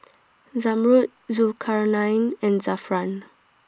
Zamrud Zulkarnain and Zafran